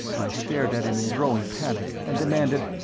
i stared at him in growing panic and demanded,